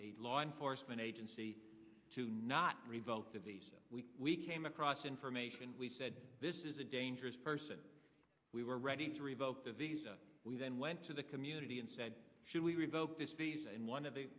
a law enforcement agency to not revoke the visa we we came across information we said this is a dangerous person we were ready to revoke the visa we then went to the community and said should we revoke this visa and one of the